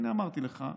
הינה, אמרתי לך.